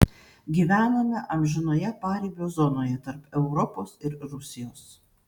gyvename amžinoje paribio zonoje tarp europos ir rusijos